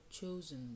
chosen